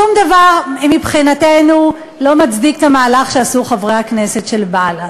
שום דבר מבחינתנו לא מצדיק את המהלך שעשו חברי הכנסת של בל"ד.